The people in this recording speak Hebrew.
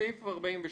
הסתייגות 42: